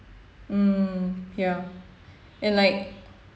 mm ya and like